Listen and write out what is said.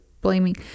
blaming